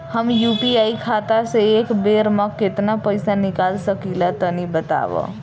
हम यू.पी.आई खाता से एक बेर म केतना पइसा निकाल सकिला तनि बतावा?